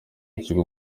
ikigo